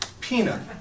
Peanut